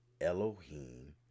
Elohim